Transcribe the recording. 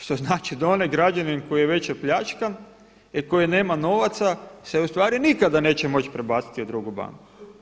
Što znači da onaj građanin koji je već opljačkan i koji nema novaca se ustvari nikada neće moći prebaciti u drugu banku.